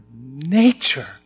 nature